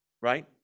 Right